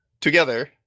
together